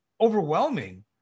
overwhelming